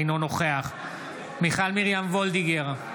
אינו נוכח מיכל מרים וולדיגר,